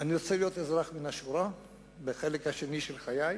אני רוצה להיות אזרח מן השורה בחלק השני של חיי.